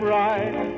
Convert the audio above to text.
right